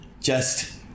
just-